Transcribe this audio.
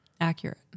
accurate